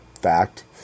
fact